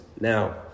Now